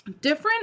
different